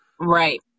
Right